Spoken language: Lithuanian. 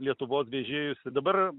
lietuvos vežėjus dabar